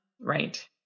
Right